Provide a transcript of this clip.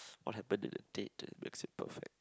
what happen to the date that makes it perfect